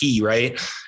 right